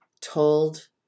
told